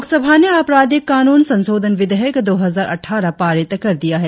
लोकसभा ने आपराधिक कानून संशोधन विधेयक दो हजार अट्ठारह पारित कर दिया है